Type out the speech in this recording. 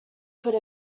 could